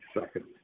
second